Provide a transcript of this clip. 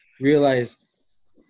realize